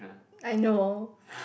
I know